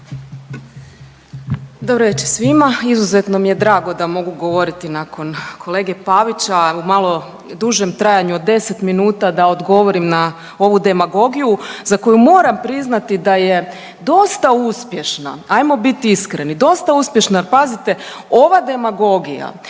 Dobro veče svima, izuzetno mi je drago da mogu govoriti nakon kolege Pavića u malo dužem trajanju od 10 minuta da odgovorim na ovu demagogiju za koju moram priznati da je dosta uspješna. Ajmo biti iskreni, dosta uspješna jer pazite ova demagogija